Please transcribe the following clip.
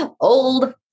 old